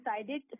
decided